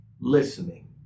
listening